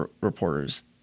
reporters